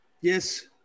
Yes